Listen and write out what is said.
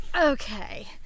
Okay